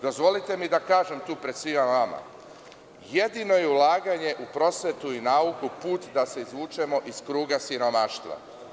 Dozvolite mi da kažem tu pred svima vama da jedino ulaganje u prosvetu i nauku je put da se izvučemo iz kruga siromaštva.